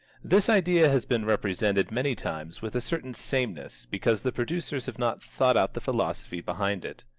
this idea has been represented many times with a certain sameness because the producers have not thought out the philosophy behind it.